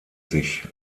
sich